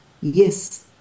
Yes